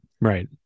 right